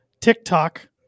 TikTok